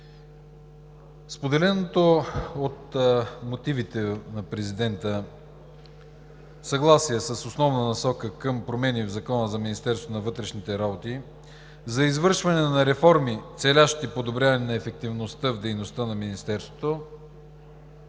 Споделеното от мотивите на президента съгласие с основна насока към промени в Закона за Министерството на вътрешните работи за извършване на реформи, целящи подобряване на ефективността в дейността на Министерството,